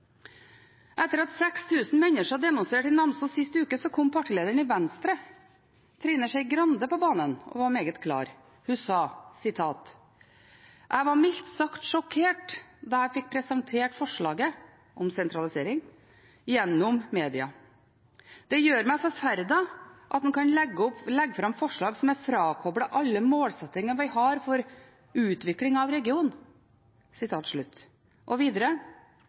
Etter at 6 000 mennesker demonstrerte i Namsos sist uke, kom partilederen i Venstre, Trine Skei Grande, på banen og var meget klar. Hun sa: «Jeg var mildt sagt sjokkert da jeg fikk presentert forslaget» – om sentralisering – «gjennom mediene. Det gjør meg forferdet at man kan legge fram et forslag som er frakoblet alle målsettinger vi har for utvikling av regionen.» Hun sa videre